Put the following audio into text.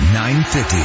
950